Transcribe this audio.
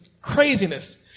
Craziness